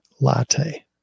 latte